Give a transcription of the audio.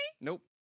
Nope